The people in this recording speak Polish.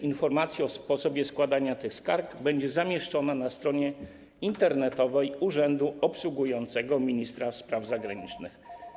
Informacja o sposobie składania tych skarg będzie zamieszczona na stronie internetowej urzędu obsługującego ministra spraw zagranicznych.